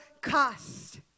cost